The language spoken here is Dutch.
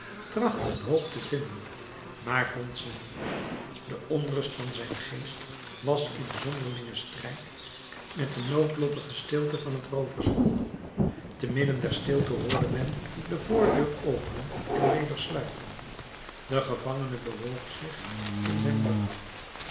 trachtte een hoop te vinden maar vond ze niet de onrust van zijn geest was in zonderlingen strijd met de noodlottige stilte van het roovershol te midden der stilte hoorde men de voordeur openen en weder sluiten de gevangene bewoog zich in zijn banden